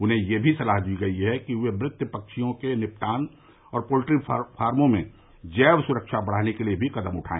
उन्हें यह भी सलाह दी गई है कि वे मृत पक्षियों के निपटान और पोल्ट्री फार्मो में जैव सुरक्षा बढाने के लिए भी कदम उठाए